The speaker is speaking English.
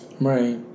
Right